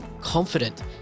confident